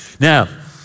Now